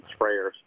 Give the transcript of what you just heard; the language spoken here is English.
sprayers